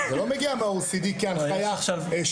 זה לא מגיע כהנחיה שלטונית.